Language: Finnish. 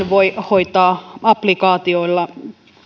voi hoitaa applikaatioilla